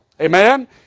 Amen